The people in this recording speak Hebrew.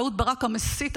אהוד ברק המסית,